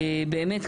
באמת,